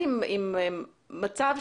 מדברים,